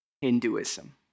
Hinduism